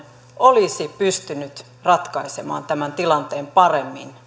olisi pystynyt ratkaisemaan tämän tilanteen paremmin